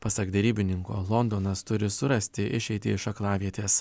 pasak derybininko londonas turi surasti išeitį iš aklavietės